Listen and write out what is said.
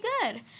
good